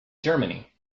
germany